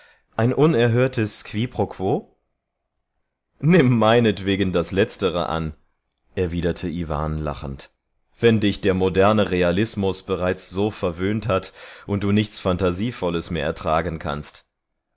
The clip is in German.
ein unmögliches quiproquo nimm das letzte an lachte iwan wenn dich der zeitgenössische realismus schon so verdorben hat daß du etwas phantastisches nicht mehr vertragen kannst